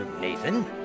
Nathan